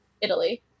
Italy